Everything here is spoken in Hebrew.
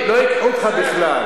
חבר הכנסת זאב,